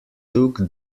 took